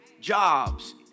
jobs